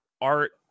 art